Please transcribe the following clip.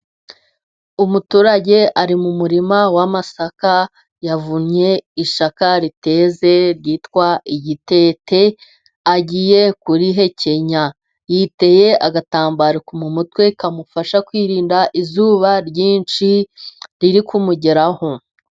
Umuturage ari mu murima w'amasaka, yavunye isaka riteze ryitwa igitete agiye kurihekenya, yiteye agatambaro mu mutwe kamufasha kwirinda izuba ryinshi riri kumugeraho.